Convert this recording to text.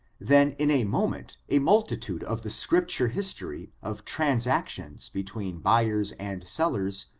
then in a moment a multitude of the script ture history of transactions between buyers and sel lers,